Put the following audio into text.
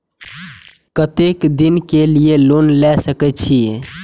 केते दिन के लिए लोन ले सके छिए?